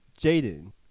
Jaden